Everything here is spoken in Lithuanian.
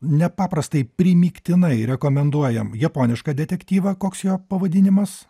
nepaprastai primygtinai rekomenduojam japonišką detektyvą koks jo pavadinimas